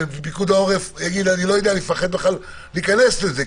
ופיקוד העורף יגיד: אני פוחד בכלל להיכנס לזה,